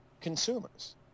consumers